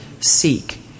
seek